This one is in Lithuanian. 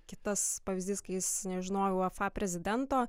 kitas pavyzdys kai jis nežinojo uefa prezidento